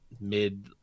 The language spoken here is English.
mid